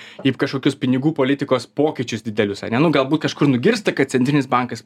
į kažkokius pinigų politikos pokyčius didelius ane nu galbūt kažkur nugirsta kad centrinis bankas